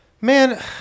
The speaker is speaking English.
Man